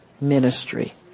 ministry